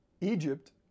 Egypt